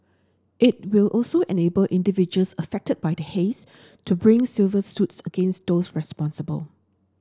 it will also enable individuals affected by the haze to bring civil suits against those responsible